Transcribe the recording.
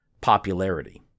popularity